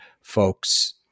folks